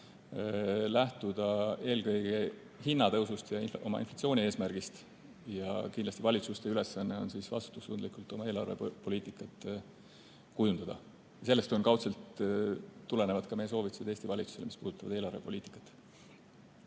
lähtuda eelkõige hinnatõusust ja oma inflatsioonieesmärgist. Valitsuste ülesanne on vastutustundlikult oma eelarvepoliitikat kujundada ja sellest kaudselt tulenevad ka meie soovitused Eesti valitsusele, mis puudutavad eelarvepoliitikat.